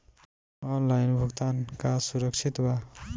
Online भुगतान का सुरक्षित बा?